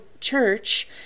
church